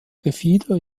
gefieder